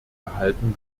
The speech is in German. erhalten